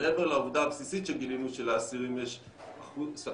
מעבר לעובדה הבסיסית שגילינו שבאסירים יש אחוז